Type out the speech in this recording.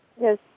Yes